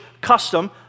custom